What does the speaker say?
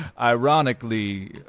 ironically